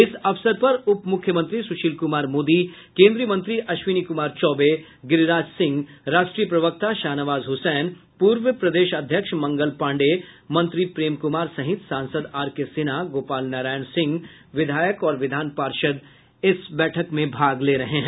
इस अवसर पर उप मुख्यमंत्री सुशील कुमार मोदी केन्द्रीय मंत्री अश्विनी कुमार चौबे गिरिराज सिंह राष्ट्रीय प्रवक्ता शाहनवाज हुसैन पूर्व प्रदेश अध्यक्ष मंगल पांडेय मंत्री प्रेम कुमार सहित सांसद आरकेसिन्हा गोपाल नारायण सिंह विधायक और विधान पार्षद भाग ले रहे हैं